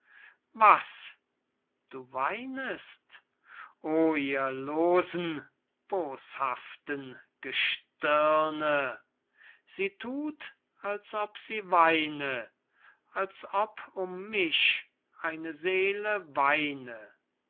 was du weinest oh ihr losen boshaften gestirne sie thut als ob sie weine als ob um mich eine seele weine